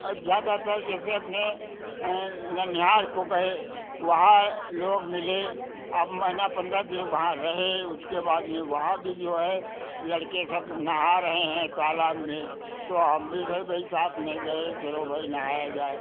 अब ज़्यादातर जैसे अपने ननिहाल को गए वहाँ लोग मिले अब महीना पन्द्रह दिन वहाँ रहे उसके बाद में वहाँ भी जो है लड़के सब नहा रहे हैं तालाब में तो हम भी सब यही साथ में गए चलो भाई नहाया जाए